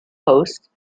host